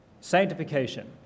sanctification